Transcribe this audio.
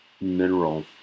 mineral